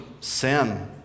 sin